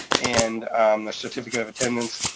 and a certificate of attendance,